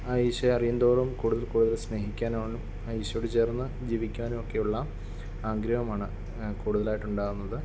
ഈശോയെ അറിയും തോറും കൂടുതൽ കൂടുതൽ സ്നേഹിക്കാനും ഈശോയോട് ചേർന്ന് ജീവിക്കാനുമൊക്കെയുള്ള ആഗ്രഹമാണ് കൂടുതലായിട്ടും ഉണ്ടാവുന്നത്